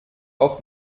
auf